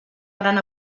gran